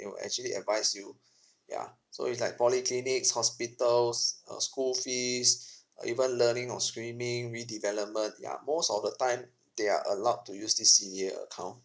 will actually advise you ya so it's like polyclinics hospitals uh school fees uh even learning or swimming redevelopment ya most of the time they are allowed to use this C_D_A account